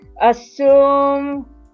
assume